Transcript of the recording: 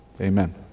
amen